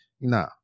nah